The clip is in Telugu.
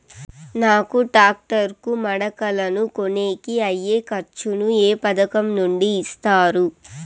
నాకు టాక్టర్ కు మడకలను కొనేకి అయ్యే ఖర్చు ను ఏ పథకం నుండి ఇస్తారు?